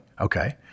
Okay